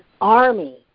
army